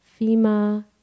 FEMA